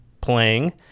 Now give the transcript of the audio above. playing